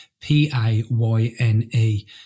P-A-Y-N-E